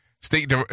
State